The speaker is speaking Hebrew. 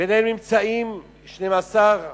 ביניהם נמצאים 12,